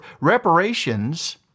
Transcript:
reparations